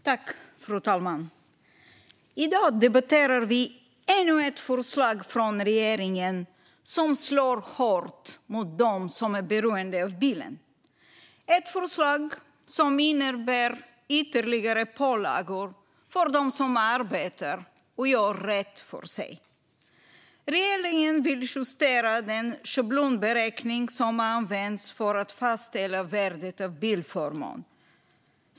Fru talman! I dag debatterar vi ännu ett förslag från regeringen som slår hårt mot dem som är beroende av bilen. Det är ett förslag som innebär ytterligare pålagor för dem som arbetar och gör rätt för sig. Regeringen vill justera den schablonberäkning som används för att fastställa värdet av bilförmån.